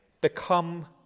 Become